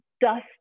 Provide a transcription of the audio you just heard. dust